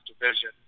division